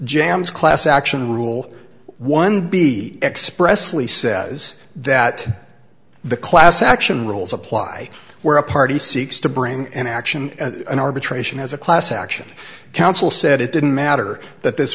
jambs class action rule one be expressly says that the class action rules apply where a party seeks to bring an action an arbitration as a class action council said it didn't matter that this